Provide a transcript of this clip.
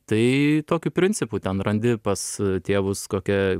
tai tokiu principu ten randi pas tėvus kokią